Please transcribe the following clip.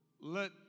Let